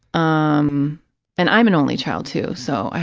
um and i'm an only child, too, so i